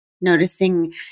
noticing